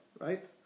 right